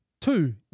Two